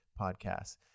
podcasts